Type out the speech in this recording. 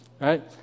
right